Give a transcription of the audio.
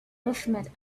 movement